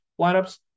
lineups